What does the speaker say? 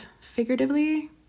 figuratively